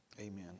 Amen